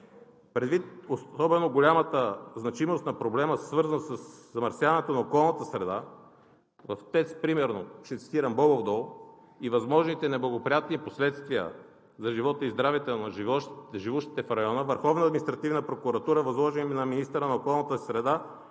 Предвид особено голямата значимост на проблема, свързан със замърсяването на околната среда, в ТЕЦ, примерно ще цитирам „Бобов дол“, и възможните неблагоприятни последствия за живота и здравето на живущите в района, Върховната административна прокуратура възложи на министъра на околната среда